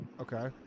Okay